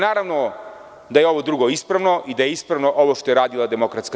Naravno da je ovo drugo ispravno i da je ispravno ovo što je radila DS.